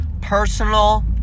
personal